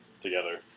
together